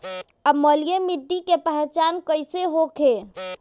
अम्लीय मिट्टी के पहचान कइसे होखे?